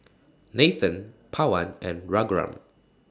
Nathan Pawan and Raghuram